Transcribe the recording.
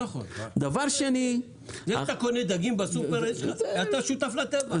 אם אתה קונה דגים בסופרמרקט אתה שותף לטבח.